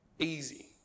easy